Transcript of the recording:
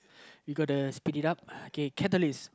you gotta speed it up K catalyst